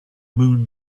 moon